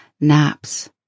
naps